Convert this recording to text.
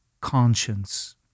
conscience